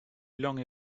lange